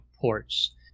ports